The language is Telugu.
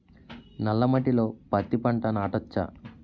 నల్ల మట్టిలో పత్తి పంట నాటచ్చా?